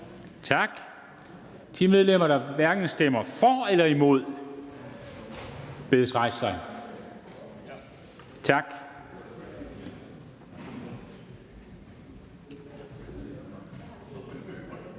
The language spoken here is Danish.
Tak. De medlemmer, der stemmer hverken for eller imod, bedes rejse sig. Tak.